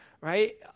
right